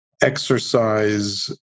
exercise